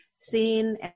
seen